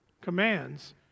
commands